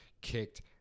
kicked